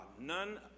None